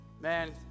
Man